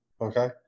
Okay